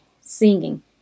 singing